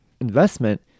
investment